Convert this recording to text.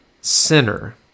sinner